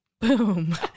Boom